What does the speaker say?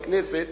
בכנסת,